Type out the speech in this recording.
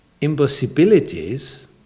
Impossibilities